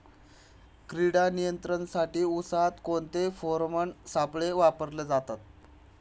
कीड नियंत्रणासाठी उसात कोणते फेरोमोन सापळे वापरले जातात?